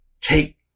take